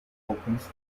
opens